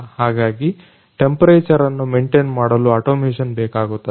ಹಾಗಾಗಿ ತಾಪಮಾನ ಅನ್ನು ಮೆಂಟೆನ್ ಮಾಡಲು ಅಟೊಮೇಶನ್ ಬೇಕಾಗುತ್ತದೆ